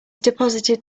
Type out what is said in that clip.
deposited